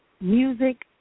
Music